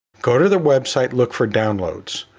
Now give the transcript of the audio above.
go to their website, look for downloads,